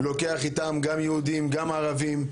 לוקח איתם גם יהודים, גם ערבים.